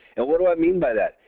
and what do i mean by that?